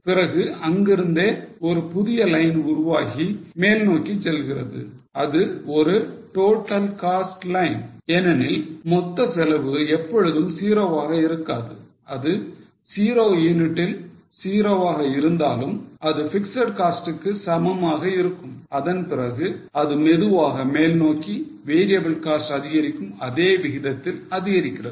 பிறகு அங்கிருந்தே ஒரு புதிய லைன் உருவாகி மேல் நோக்கி செல்கிறது அது ஒரு total cost line ஏனெனில் மொத்த செலவு ஒருபோதும் 0 வாக இருக்காது அது 0 யூனிட்டில் 0 வாக இருந்தாலும் அது பிக்ஸட் காஸ்ட்க்கு சமமாக இருக்கும் அதன்பிறகு இது மெதுவாக மேல் நோக்கி variable cost அதிகரிக்கும் அதே விகிதத்தில் அதிகரிக்கிறது